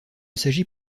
s’agit